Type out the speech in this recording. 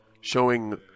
showing